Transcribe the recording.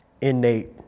innate